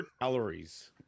calories